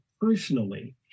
personally